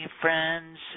friends